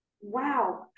wow